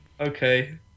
Okay